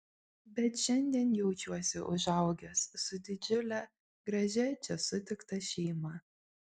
bet šiandien jaučiuosi užaugęs su didžiule gražia čia sutikta šeima